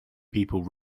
people